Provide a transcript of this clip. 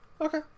Okay